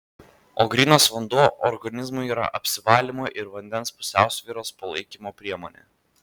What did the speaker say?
o grynas vanduo organizmui yra apsivalymo ir vandens pusiausvyros palaikymo priemonė